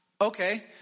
Okay